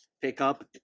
pickup